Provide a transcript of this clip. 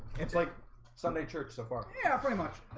it's like sunday church so far. yeah pretty much.